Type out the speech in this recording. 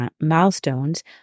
milestones